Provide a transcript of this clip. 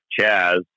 Chaz